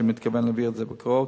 ואני מתכוון להעביר את זה בקרוב.